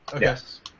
Yes